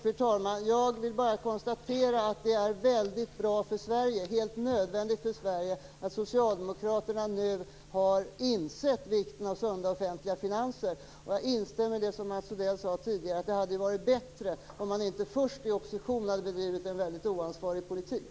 Fru talman! Jag vill bara konstatera att det är väldigt bra för Sverige, helt nödvändigt för Sverige, att Socialdemokraterna nu har insett vikten av sunda offentliga finanser. Jag instämmer i det som Mats Odell sade tidigare, att det hade varit bättre om man inte först i opposition hade bedrivit en väldigt oansvarig politik.